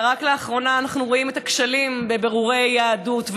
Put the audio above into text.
ולאחרונה אנחנו רואים את הכשלים בבירורי יהדות,